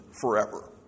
forever